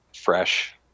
fresh